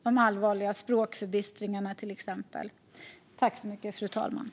Det handlar till exempel om de allvarliga språkförbistringarna.